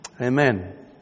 Amen